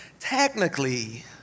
Technically